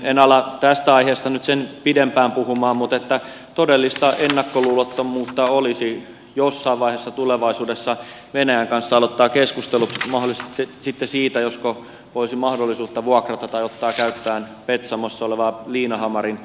en ala tästä aiheesta nyt sen pidempään puhua mutta todellista ennakkoluulottomuutta olisi jossain vaiheessa tulevaisuudessa venäjän kanssa aloittaa keskustelut mahdollisesti sitten siitä josko voisi mahdollisesti vuokrata tai ottaa käyttöön petsamossa olevan liinahamarin sataman